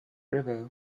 river